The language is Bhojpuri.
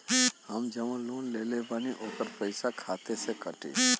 हम जवन लोन लेले बानी होकर पैसा हमरे खाते से कटी?